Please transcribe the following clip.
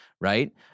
Right